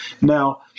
Now